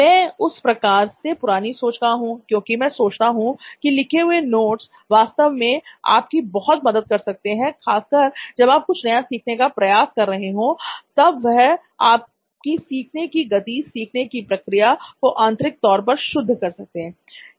मैं उस प्रकार से पुरानी सोच का हूं क्योंकि मैं सोचता हूं कि लिखे हुए नोट वास्तव में आपकी बहुत मदद करते हैं खासकर जब आप कुछ नया सीखने का प्रयास कर रहे हो तब यह आपकी सीखने की गति सीखने की प्रक्रिया को आंतरिक तौर पर शुद्ध कर देता है